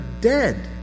dead